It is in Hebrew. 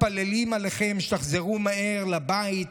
מתפללים עליכם שתחזרו מהר לבית,